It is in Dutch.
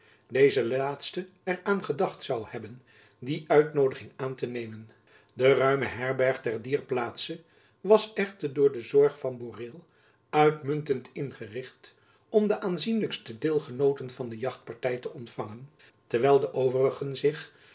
deze laatste er aan gedacht zoû hebben die uitnoodiging aan te nemen de ruime herberg te dier plaatse was echter door de zorg van boreel uitmuntend ingericht om de aanzienlijkste deelgenooten van de jachtparty te ontfangen terwijl de overigen zich